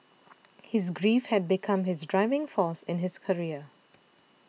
his grief have become his driving force in his career